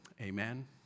Amen